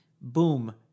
Boom